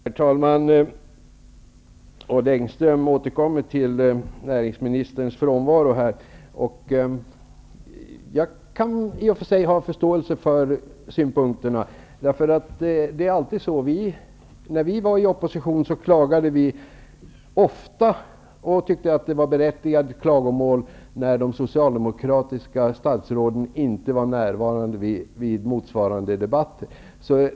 Herr talman! Odd Engström återkommer till näringsministerns frånvaro här. Jag kan i och för sig ha en förståelse för synpunkterna. När vi var i opposition klagade vi ofta och tyckte att det var berättigade klagomål, när de socialdemokratiska statsråden inte var närvarande vid motsvarande debatter.